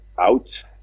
out